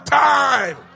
time